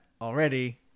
already